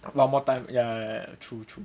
normal time ya ya ya true true